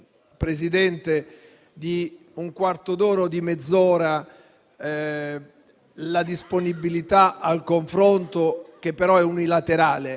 allungare di un quarto d'ora o di mezz'ora la disponibilità al confronto, che però è unilaterale.